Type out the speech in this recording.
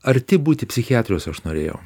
arti būti psichiatrijos aš norėjau